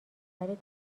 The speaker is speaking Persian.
ولی